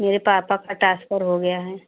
मेरे पापा का ट्रांसफर हो गया है